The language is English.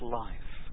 life